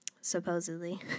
supposedly